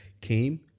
came